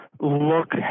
look